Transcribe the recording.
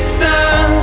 sun